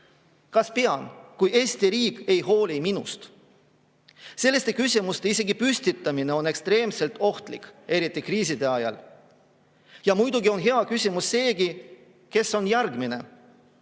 ma pean, kui Eesti riik ei hooli minust? Selliste küsimuste isegi püstitamine on ekstreemselt ohtlik, eriti kriiside ajal. Muidugi on hea küsimus seegi, kes on järgmine.